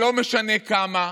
לא משנה כמה,